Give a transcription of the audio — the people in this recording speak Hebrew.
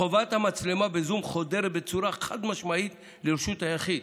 חובת המצלמה בזום חודרת בצורה חד-משמעית לרשות היחיד.